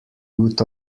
root